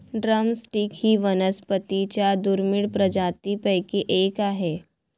drum stick ही वनस्पतीं च्या दुर्मिळ प्रजातींपैकी एक आहे